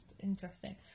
Interesting